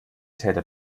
täter